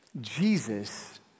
Jesus